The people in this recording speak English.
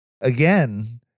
again